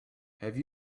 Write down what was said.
have